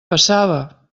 passava